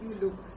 look